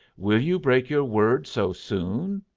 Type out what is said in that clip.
will you break your word so soon?